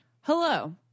Hello